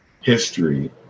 history